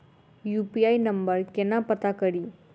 UPI number केना पत्ता कड़ी?